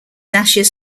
ashes